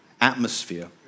atmosphere